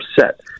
upset